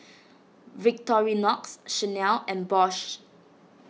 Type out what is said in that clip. Victorinox Chanel and Bosch